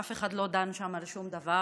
אף אחד לא דן שם על שום דבר,